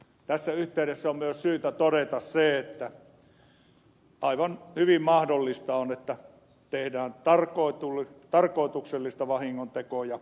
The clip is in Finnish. tässä yhteydessä on myös syytä todeta se että aivan hyvin on mahdollista että ilotulitteilla tehdään tarkoituksellisia vahingontekoja